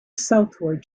southward